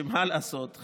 שמה לעשות,